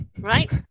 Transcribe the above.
right